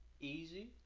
easy